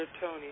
Tony